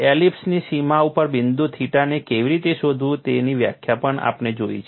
એલિપ્સની સીમા ઉપર બિંદુ થીટાને કેવી રીતે શોધવું તેની વ્યાખ્યા પણ આપણે જોઈ છે